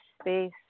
space